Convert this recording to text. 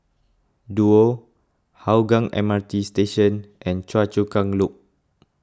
Duo Hougang M R T Station and Choa Chu Kang Loop